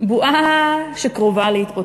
בועה שקרובה להתפוצץ,